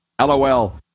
LOL